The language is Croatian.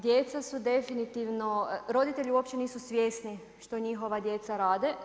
Djeca su definitivno, roditelji uopće nisu svjesni što njihova djeca rade.